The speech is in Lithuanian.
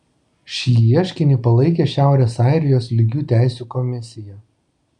šį ieškinį palaikė šiaurės airijos lygių teisių komisija